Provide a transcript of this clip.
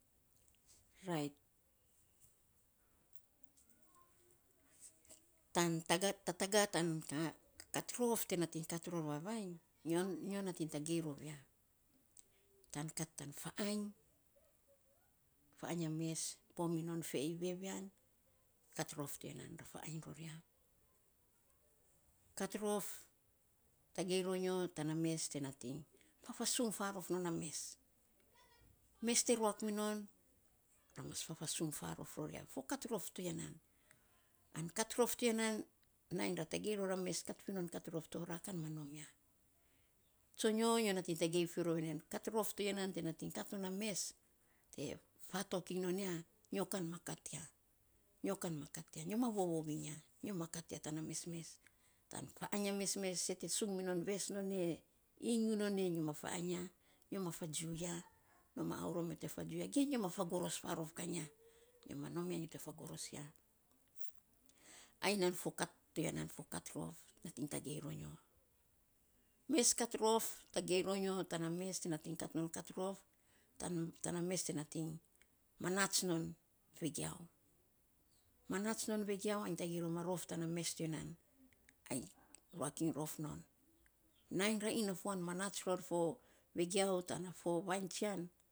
Rait tan kan rof te nating kat ror vavainy, nyo nyo nating tagei rou ya. tan kat tan fa ainy, fa ainy ya mes e pomimon fei vevean kat rof ti ya nan, ra fa ainy ror ya. Kat roro tagei ro nuo tana mes te nating fafasung farof non mes. mes te rak minon ra mas fafasung farof ror ya, fo kat ror to ya nan, an kat rof to ya nan, nainy ra tagei ror a mes kat fi non kat rof to, ra kan ma nom ya tsonyo, nyo nating fi rou ya nei, kat rof ti ya nan te nating kat nom a mes to fatok iny non ya, nyo kan ma kat ya. Nyo kan ma kat ya, nyo ma vovou iny ya, nyo ma kat ya tana mesmes tan farainy a mesmes, sei ye sung minon ves non inyiu non e nyo ma fa ainy, nyo ma fa jiu ya, nom a aurom ge nyo ma fa goros farok kainy ya, nyo ma nom ya nyo te fa goros ya. ai nan fo kat to ya nan, fo kat rof nating tgei ro nyo, mes kat rof tagei ro nyo tana mes te nating kat nom kat rof tana mes te nating manats non vegiau, manats non vegiau iny tagei rom a rof tana mes to ya nan, ai ruak iny rof non, nainy ra ina fuan monats ror fo vegiau tana fo vainy tsian.